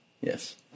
Yes